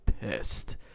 pissed